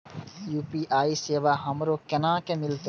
UPI सेवा हमरो केना मिलते?